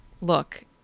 look